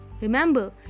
Remember